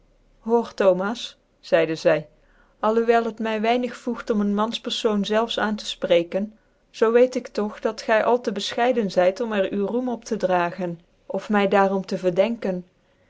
thomas tcide zj alhoewel het my weinig voegd een mansperfoon zelfs aan tc fprecken zoo weet ik dog dat gy al re bcfehcideo zyt om er u roem op tc dragen of my daarom te verdenken